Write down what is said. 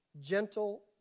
Gentle